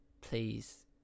please